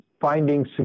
finding